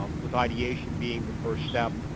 um with ideation being the first step,